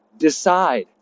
decide